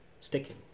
sticking